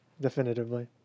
definitively